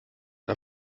der